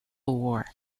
war